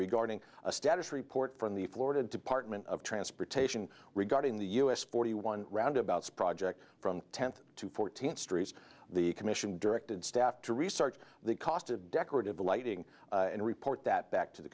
regarding a status report from the florida department of transportation regarding the us forty one roundabouts project from tenth to fourteenth street the commission directed staff to research the cost of decorative lighting and report that back to the